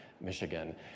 Michigan